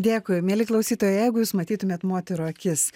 dėkui mieli klausytojai jeigu jūs matytumėt moterų akis